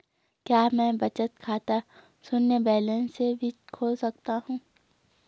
क्या मैं बचत खाता शून्य बैलेंस से भी खोल सकता हूँ?